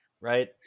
right